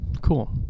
cool